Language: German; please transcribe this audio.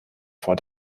vor